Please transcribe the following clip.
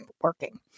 working